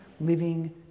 living